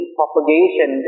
propagation